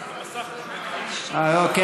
אוקיי.